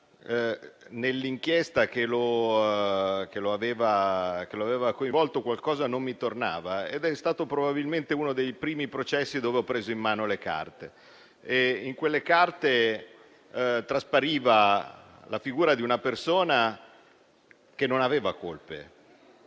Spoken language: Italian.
nell'inchiesta che lo aveva coinvolto qualcosa non mi tornava ed è stato probabilmente uno dei primi processi dove ho preso in mano le carte. In quelle carte traspariva la figura di una persona che non aveva colpe: